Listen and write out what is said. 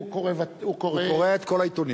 הוא קורא את כל העיתונים,